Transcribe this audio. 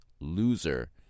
loser